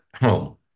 home